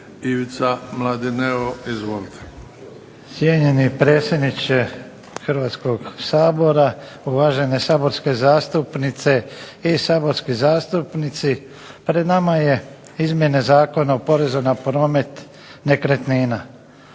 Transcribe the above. **Mladineo, Ivica** Cijenjeni predsjedniče Hrvatskoga sabora, uvažene saborske zastupnice i saborski zastupnici. Pred nama su izmjene Zakona o porezu na promet nekretnina.